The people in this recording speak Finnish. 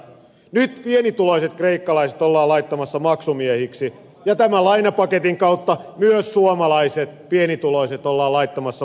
nyt pienituloiset kreikkalaiset ollaan laittamassa maksumiehiksi ja tämän lainapaketin kautta myös suomalaiset pienituloiset ollaan laittamassa maksumiehiksi